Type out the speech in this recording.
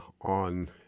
on